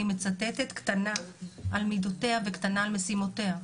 אני מצטטת: קטנה על מידותיה וקטנה על משימותיה.